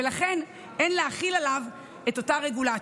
ולכן אין להחיל עליו את אותה הרגולציה.